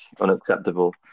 unacceptable